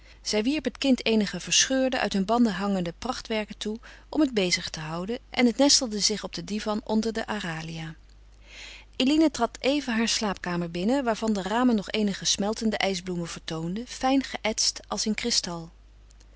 zij wierp het kind eenige verscheurde uit hun banden hangende prachtwerken toe om het bezig te houden en het nestelde zich op den divan onder de aralia eline trad even haar slaapkamer binnen waarvan de ramen nog eenige smeltende ijsbloemen vertoonden fijn geëtst als in kristal